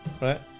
right